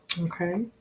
Okay